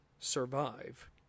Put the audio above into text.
survive